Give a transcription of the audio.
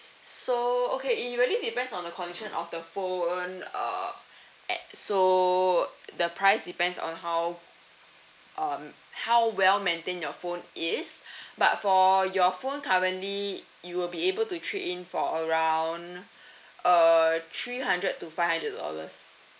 so okay it'll really depends on the condition of the phone uh so the price depends on how um how well maintained your phone is but for your phone currently you'll be able to trade in for around uh three hundred to five hundred dollars